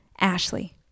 Ashley